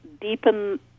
deepen